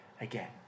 Again